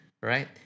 right